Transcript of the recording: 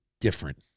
different